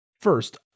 First